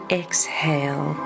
exhale